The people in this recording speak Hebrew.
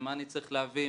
מה אני צריך להביא,